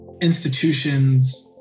Institutions